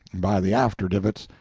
by the after-davits,